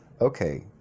Okay